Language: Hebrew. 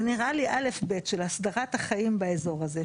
זה נראה לי א'-ב' של הסדרת החיים באזור הזה,